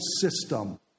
system